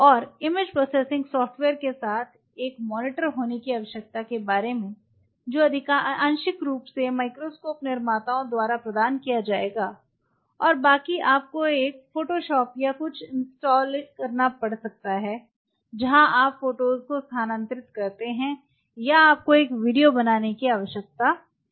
और image processing software के साथ एक मॉनीटर होने की आवश्यकता के बारे में जो आंशिक रूप से माइक्रोस्कोप निर्माताओं द्वारा प्रदान किया जाएगा और बाकी आपको एक फ़ोटोशॉप या कुछ इन्स्टॉल करना पड़ सकता है जहां आप फोटोज़ को स्थानांतरित करते हैं या आपको एक वीडियो बनाने की आवश्यकता है